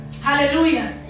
hallelujah